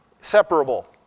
separable